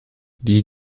die